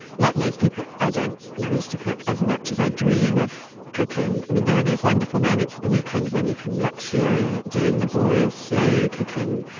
like most people, i don't manage to cook as much as i dream of cooking. there are these wonderful moments of the weekend when you can luxuriate doing laborious, slow cooking.